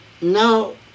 Now